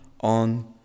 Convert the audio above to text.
on